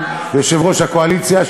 יושב-ראש הקואליציה,